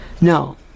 No